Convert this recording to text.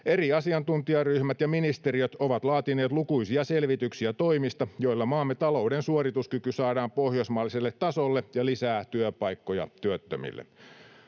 Eri asiantuntijaryhmät ja ministeriöt ovat laatineet lukuisia selvityksiä toimista, joilla maamme talouden suorituskyky saadaan pohjoismaiselle tasolle ja lisää työpaikkoja työttömille.